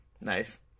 nice